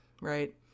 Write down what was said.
right